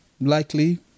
likely